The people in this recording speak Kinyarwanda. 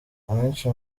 abenshi